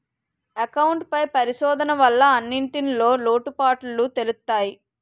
account పై పరిశోధన వల్ల అన్నింటిన్లో లోటుపాటులు తెలుత్తయి